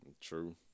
True